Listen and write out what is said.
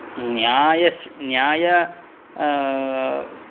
न्याय